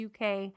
UK